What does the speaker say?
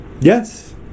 Yes